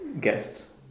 guests